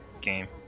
game